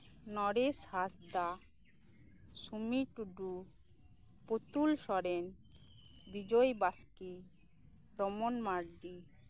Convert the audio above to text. Naresh Hansda Sumi Tudu Putul Soren Bijoy Baske Doman Mardi